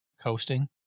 Coasting